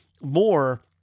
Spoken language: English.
more